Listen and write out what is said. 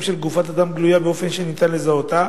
של גופת אדם גלויה באופן שניתן לזהותה,